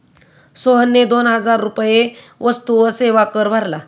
सोहनने दोन हजार रुपये वस्तू व सेवा कर भरला